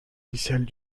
initiales